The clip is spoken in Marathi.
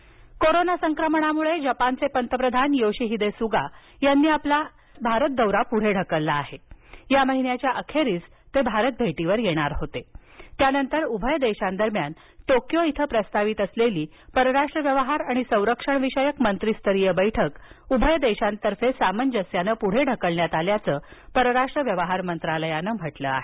जपान कोरोना संक्रमणामुळे जपानचे पंतप्रधान योशिहीदे सुगा यांनी आपला भारत दौरा पुढे ढकलला आहे या महिन्याच्या अखेरीस ते भारत भेटीवर येणार होते त्यानंतर उभय देशांदरम्यान टोक्यो इथं प्रस्तावित असलेली परराष्ट्र व्यवहार आणि संरक्षण विषयक मंत्रीस्तरीय बैठक उभय देशांतर्फे सामंजस्यान पुढे ढकलण्यात आल्याचं परराष्ट्र व्यवहार मंत्रालयानं म्हटलं आहे